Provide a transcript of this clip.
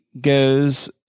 goes